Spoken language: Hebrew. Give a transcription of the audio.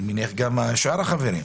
אני מניח גם שאר החברים.